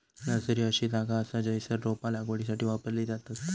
nursery अशी जागा असा जयसर रोपा लागवडीसाठी वापरली जातत